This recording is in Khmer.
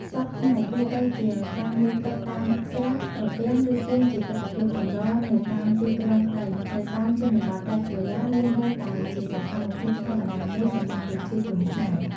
សព្វថ្ងៃ ទោះបីជាការងូតទឹកតាមស្រះ ត្រពាំង ឬ ពាងជាទិដ្ឋភាពកម្រនៅតាមទីក្រុងក្ដី នៅតាមជនបទដាច់ស្រយាលវានៅតែជាសកម្មភាពធម្មតាមួយសម្រាប់ប្រជាជនខ្មែរ។